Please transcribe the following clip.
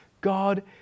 God